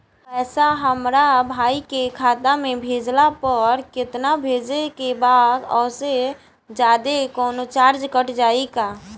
पैसा हमरा भाई के खाता मे भेजला पर जेतना भेजे के बा औसे जादे कौनोचार्ज कट जाई का?